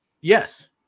yes